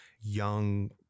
young